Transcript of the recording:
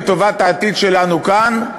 לטובת העתיד שלנו כאן,